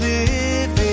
Living